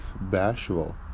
bashful